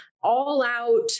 all-out